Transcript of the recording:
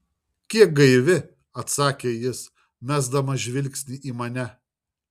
kiek gaivi atsakė jis mesdamas žvilgsnį į mane